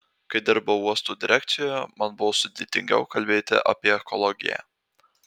kai dirbau uosto direkcijoje man buvo sudėtingiau kalbėti apie ekologiją